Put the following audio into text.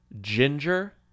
Ginger